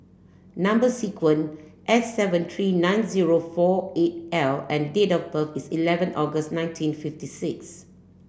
number sequence S seven three nine zero four eight L and date of birth is eleven August nineteen fifty six